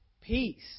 peace